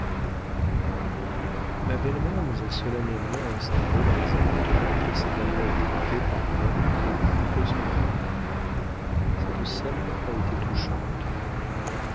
ma belle-mère nous a solennellement installés dans les appartements précédemment occupés par elle et par feu son mari cette scène a été touchante